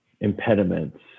impediments